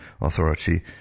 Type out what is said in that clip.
authority